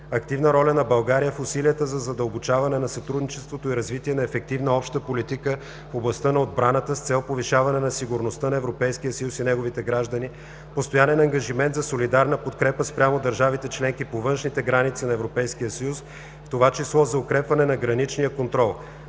активна роля на България в усилията за задълбочаване на сътрудничеството и развитие на ефективна обща политика в областта на отбраната с цел повишаване на сигурността на Европейския съюз и неговите граждани; постоянен ангажимент за солидарна подкрепа спрямо държавите членки по външните граници на Европейския съюз, в това число за укрепване на граничния контрол;